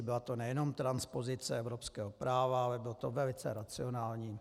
Byla to nejenom transpozice evropského práva, ale bylo to velice racionální.